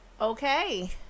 Okay